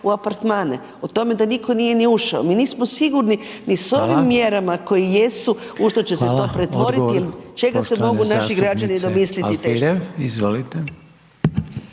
Hvala, odgovor